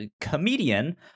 comedian